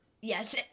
Yes